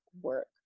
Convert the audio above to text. work